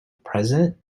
president